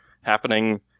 happening